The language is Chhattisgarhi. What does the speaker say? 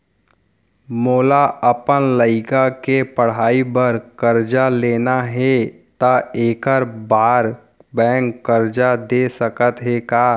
मोला अपन लइका के पढ़ई बर करजा लेना हे, त एखर बार बैंक करजा दे सकत हे का?